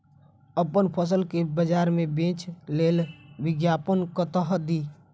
अप्पन फसल केँ बजार मे बेच लेल विज्ञापन कतह दी?